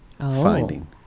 finding